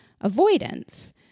avoidance